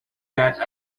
that